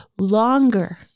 longer